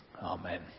amen